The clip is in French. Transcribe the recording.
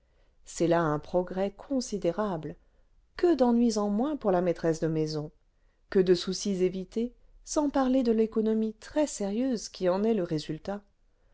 c'est là un progrès considérable que d'ennuis en moins pour la maîtresse de maison que de soucis évités sans parler cle l'économie très sérieuse qui en est le résultat